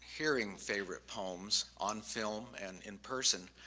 hearing favorite poems on film and in person,